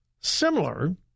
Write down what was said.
similar